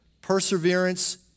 perseverance